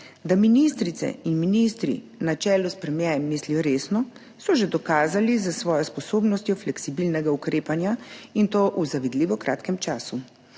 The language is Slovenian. Da ministrice in ministri na čelu s premierjem mislijo resno, so že dokazali s svojo sposobnostjo fleksibilnega ukrepanja, in to v zavidljivo kratkem času.